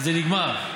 זה נגמר.